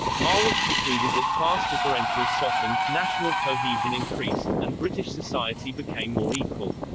marwick concluded that class differentials softened, national cohesion increased, and british society became more equal.